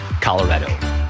Colorado